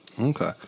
Okay